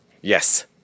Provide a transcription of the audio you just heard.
Yes